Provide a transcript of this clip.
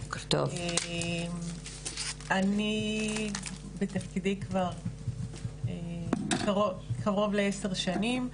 אני בתפקידי כבר קרוב לעשר שנים.